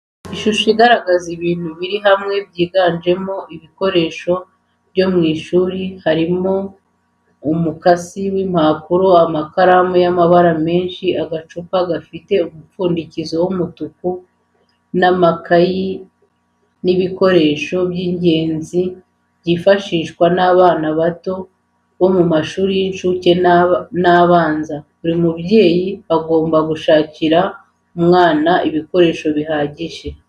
Ishusho igaragaza ibintu biri hamwe byiganjemo ibikoreso byomw'ishuriharimo umukasi w'impapuro, amakaramu y'amabara menshi, agacupa gafite umupfundikizo w'umutuku,n' amakayi ni ibikoresho by'ingenzi byifashishwa n'abana bato bo mu mashuri y'incuke n'abanza, buri mubyeyi aba agomba gusakira umwana ibikoresho bihagije.